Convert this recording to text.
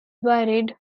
buried